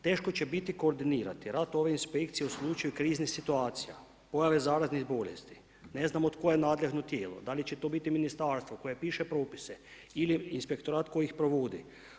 Teško će biti koordinirati rad ove inspekcije u slučaju kriznih situacija, pojave zaraznih bolesti, ne znamo koje je nadležno tijelo, da li će to biti Ministarstvo koje piše propise ili inspektorat koji ih provodi.